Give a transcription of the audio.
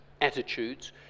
attitudes